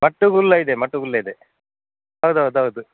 ಮಟ್ಟು ಗುಲ್ಲ ಇದೆ ಮಟ್ಟು ಗುಲ್ಲ ಇದೆ ಹೌದು ಹೌದು ಹೌದು